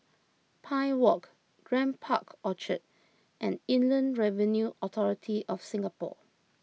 Pine Walk Grand Park Orchard and Inland Revenue Authority of Singapore